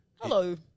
Hello